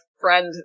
friend